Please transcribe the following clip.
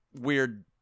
weird